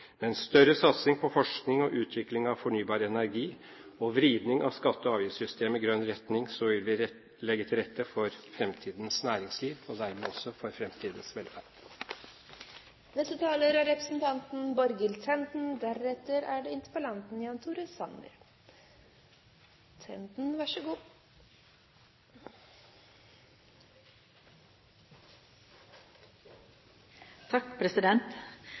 Med en større satsing på forskning og utvikling av fornybar energi og en vridning av skatte- og avgiftssystemet i grønn retning vil vi legge til rette for fremtidens næringsliv og dermed også for fremtidens velferd. Som flere har påpekt før meg, er det en svært viktig debatt interpellanten